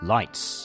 Lights